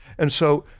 and so,